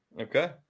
Okay